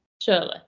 surely